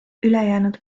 ülejäänud